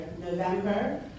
November